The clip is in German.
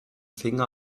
finger